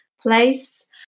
place